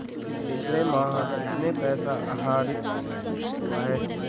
पिछले माह कितना पैसा आहरित हुआ है?